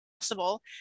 possible